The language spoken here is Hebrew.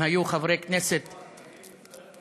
הם היו חברי כנסת, אחמד,